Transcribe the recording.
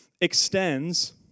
extends